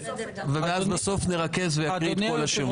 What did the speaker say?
ואז בסוף נרכז ונקריא את כל השמות.